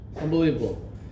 Unbelievable